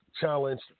challenge